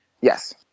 Yes